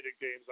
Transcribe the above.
games